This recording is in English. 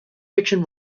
fiction